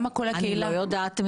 אני לא יודעת.